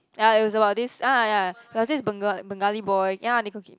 ya it was about this uh ya about this Benga~ Bengali boy ya Nicole-Kid~